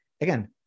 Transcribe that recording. again